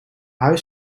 huis